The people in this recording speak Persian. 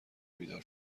بیدار